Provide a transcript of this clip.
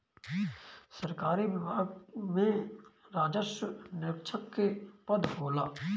सरकारी विभाग में राजस्व निरीक्षक के पद होला